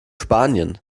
spanien